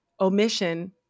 omission